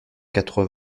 quatre